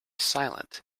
silent